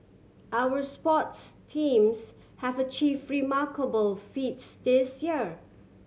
our sports teams have achieve remarkable feats this year